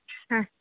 ಹಾಂ